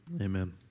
Amen